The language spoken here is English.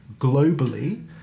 globally